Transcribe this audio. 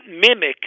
mimic